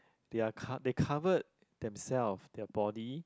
they are cov~ they cover them self their body